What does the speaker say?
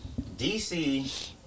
DC